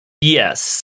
Yes